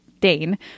Dane